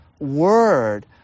word